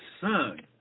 son